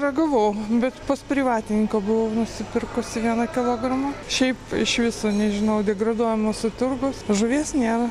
ragavau bet pas privatininką buvau nusipirkusi vieną kilogramą šiaip iš viso nežinau degraduoja mūsų turgus žuvies nėra